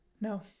No